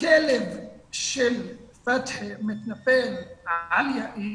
הכלב של פתחי מתנפל על יאיר